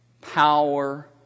power